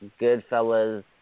Goodfellas